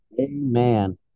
Amen